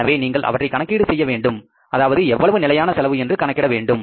எனவே நீங்கள் அவற்றை கணக்கீடு செய்ய வேண்டும் அதாவது எவ்வளவு நிலையான செலவு என்று கணக்கிட வேண்டும்